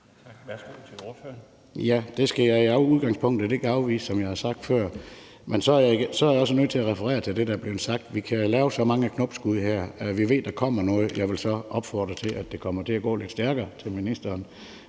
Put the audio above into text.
Det skal jeg i udgangspunktet ikke afvise, som jeg har sagt før. Men så er jeg også nødt til at henvise til det, der er blevet sagt: Vi kan lave så mange knopskud her, at vi ved, at der kommer noget. Jeg vil så opfordre ministeren til, at det kommer til at gå lidt stærkere med